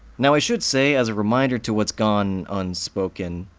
now, i should say, as a reminder to what's gone unspoken,